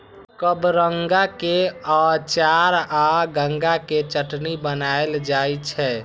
कबरंगा के अचार आ गंगा के चटनी बनाएल जाइ छै